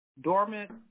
dormant